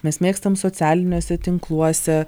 mes mėgstam socialiniuose tinkluose